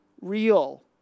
real